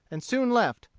and soon left,